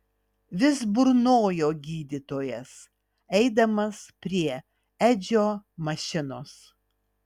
vis burnojo gydytojas eidamas prie edžio mašinos